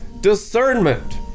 discernment